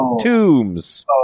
tombs